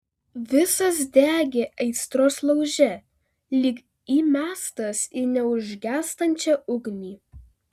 visas degė aistros lauže lyg įmestas į neužgęstančią ugnį